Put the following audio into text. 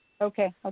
Okay